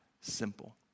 simple